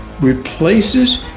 replaces